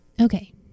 Okay